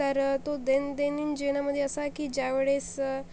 तर तो दैनंदिन जीवनामध्ये असा की ज्यावेळेस